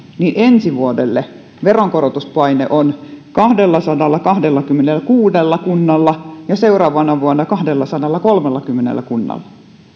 niin ensi vuodelle veronkorotuspaine on kahdellasadallakahdellakymmenelläkuudella kunnalla ja seuraavana vuonna kahdellasadallakolmellakymmenellä kunnalla